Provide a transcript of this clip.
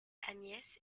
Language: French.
agnès